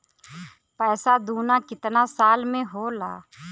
पैसा दूना कितना साल मे होला?